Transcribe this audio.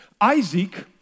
Isaac